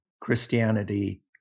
Christianity